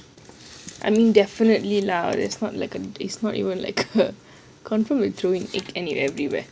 I mean definitely lah it's not like and it's not even like a confirm will throw in egg everywhere